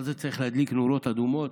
אבל זה צריך להדליק נורות אדומות,